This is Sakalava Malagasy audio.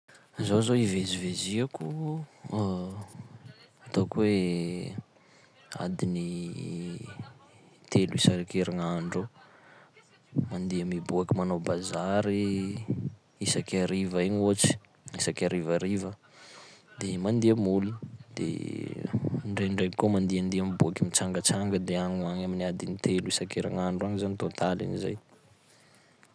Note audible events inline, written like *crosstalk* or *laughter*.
Zaho zao ivezivezeako *hesitation* *noise* ataoko hoe adiny *hesitation* telo isan-kerignandro eo: *noise* mandeha miboaky manao bazary isaky hariva igny ohatsy, isaky harivariva, *noise* de mandeha moly, de *hesitation* ndaindraiky koa mandehandeha miboaky mitsangatsanga de agny ho agny amin'ny adiny telo isan-kerignandro agny zany tôtalin'izay.